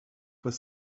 were